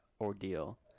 ordeal